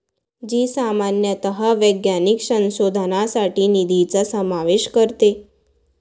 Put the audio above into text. जी सामान्यतः वैज्ञानिक संशोधनासाठी निधीचा समावेश करते